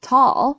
Tall